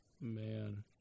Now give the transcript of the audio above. Man